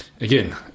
again